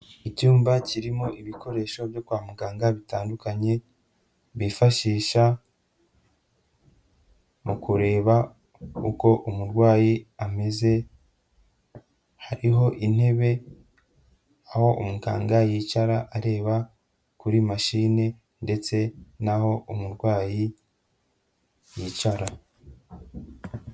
Icyumba kirimo ibikoresho byo kwa muganga bitandukanye bifashisha mu kureba uko umurwayi ameze, hariho intebe aho umuganga yicara areba kuri mashine ndetse n'aho umurwayi yicara.